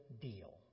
deal